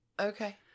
Okay